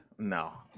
No